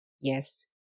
Yes